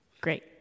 Great